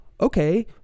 okay